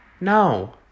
No